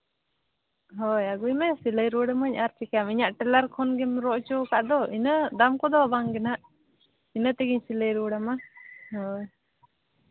ᱦᱳᱭ ᱟᱹᱜᱩᱭ ᱢᱮ ᱥᱤᱞᱟᱹᱭ ᱨᱩᱣᱟᱹᱲ ᱟᱹᱢᱟᱹᱧ ᱟᱨ ᱪᱤᱠᱟᱹᱭᱟᱢ ᱤᱧᱟᱹᱜ ᱴᱮᱞᱟᱨ ᱠᱷᱚᱱ ᱜᱮᱢ ᱨᱚᱜ ᱦᱚᱪᱚ ᱟᱠᱟᱫ ᱫᱚ ᱤᱱᱟᱹᱜ ᱫᱟᱢ ᱠᱚᱫᱚ ᱵᱟᱝᱜᱮ ᱱᱟᱦᱟᱸᱜ ᱤᱱᱟᱹ ᱛᱮᱜᱤᱧ ᱥᱤᱞᱟᱹᱭ ᱨᱩᱣᱟᱹᱲᱟᱢᱟ ᱦᱳᱭ